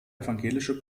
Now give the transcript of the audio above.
evangelische